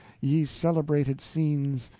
ye celebrated scenes,